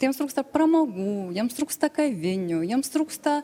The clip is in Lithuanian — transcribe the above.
tai jiems trūksta pramogų jiems trūksta kavinių jiems trūksta